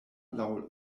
laŭ